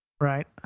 Right